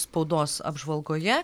spaudos apžvalgoje